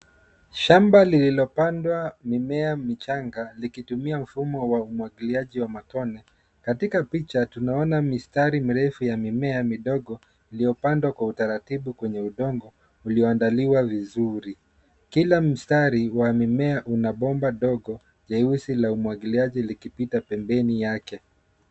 Shamba lililopandwa mimea michanga, likitumia mfumo wa umwagiliaji wa matone. Katika picha tunaona mistari mirefu ya mimea midogo, iliyopandwa kwa utaratibu kwenye udongo, ulioandaliwa vizuri. Kila mstari wa mmea una bomba dogo, jeusi la umwagiliaji likipita pembeni yake.